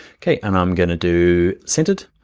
okay, and i'm gonna do centered.